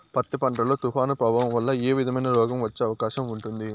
పత్తి పంట లో, తుఫాను ప్రభావం వల్ల ఏ విధమైన రోగం వచ్చే అవకాశం ఉంటుంది?